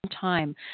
time